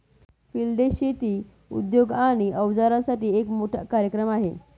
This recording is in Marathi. फिल्ड डे शेती उद्योग आणि अवजारांसाठी एक मोठा कार्यक्रम आहे